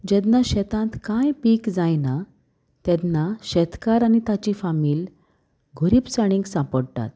जेन्ना शेतांत कांय पीक जायना तेन्ना शेतकार आनी ताची फामील गरीबसाणीक सांपडटात